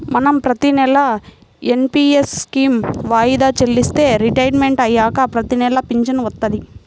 మనం ప్రతినెలా NPS scheme వాయిదా చెల్లిస్తే రిటైర్మంట్ అయ్యాక ప్రతినెలా పింఛను వత్తది